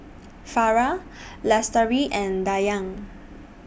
Farah Lestari and Dayang